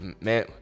Man